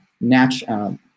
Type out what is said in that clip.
natural